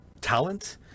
talent